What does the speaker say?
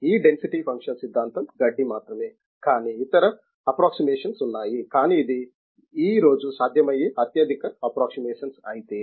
ఈ density function సిద్ధాంతం గడ్డి మాత్రమే కానీ ఇతర అప్ప్రోక్స్మెషన్స్ ఉన్నాయి కానీ ఇది ఈ రోజు సాధ్యమయ్యే అత్యధిక అప్ప్రోక్స్మెషన్స్ అయితే